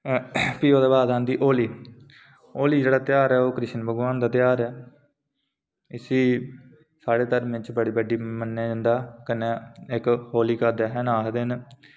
बैसाखी अप्रैल म्हीने औंदी फ्ही ओह्दे बाद औंदी होली होली जेह्ड़ा ध्यार ऐ ओह् कृष्ण भगवान दा ध्यार ऐ इसी साढ़े धर्म च बड़ा बड्डा मन्नेआ जंदा ऐ